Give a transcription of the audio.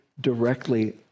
directly